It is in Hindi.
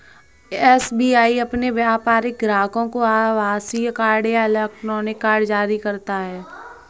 एस.बी.आई अपने व्यापारिक ग्राहकों को आभासीय कार्ड या इलेक्ट्रॉनिक कार्ड जारी करता है